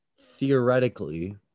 theoretically